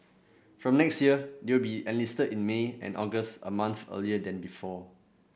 from next year they will be enlisted in May and August a month earlier than before